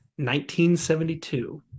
1972